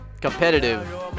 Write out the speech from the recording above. competitive